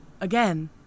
again